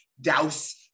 douse